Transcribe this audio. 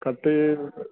कटी